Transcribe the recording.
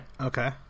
Okay